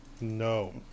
No